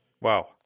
Wow